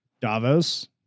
Davos